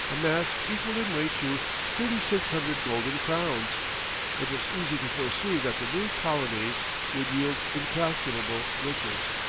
a mass, equal in weight to three six hundred golden crowns it was easy to foresee that the new colonies would yield incalculable riches.